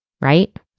right